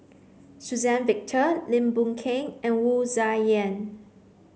Suzann Victor Lim Boon Keng and Wu Tsai Yen